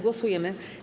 Głosujemy.